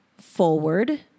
forward